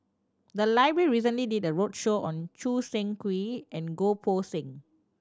the library recently did a roadshow on Choo Seng Quee and Goh Poh Seng